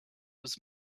was